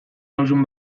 nauzun